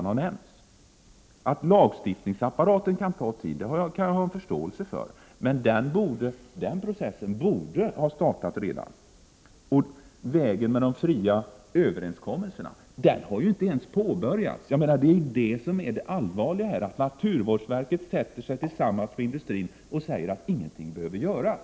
Jag har förståelse för att arbetet med lagstiftningsapparaten kan dra ut på tiden, men den processen borde redan ha startat. Man har inte ens börjat gå vägen med de fria överenskommelserna. Det är det som är allvarligt, Birgitta Dahl, att naturvårdsverket efter diskussioner med industrin anser att ingenting behöver göras.